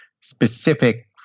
specific